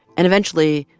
and eventually,